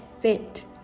fit